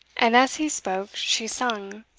and as he spoke, she sung